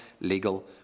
legal